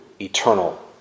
eternal